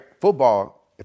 Football